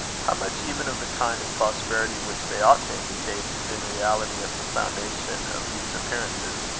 how much even of the kind of prosperity which they ought to indicate, is in reality at the foundation of these appearances,